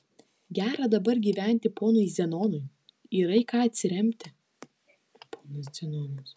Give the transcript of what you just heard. gera dabar gyventi ponui zenonui yra į ką atsiremti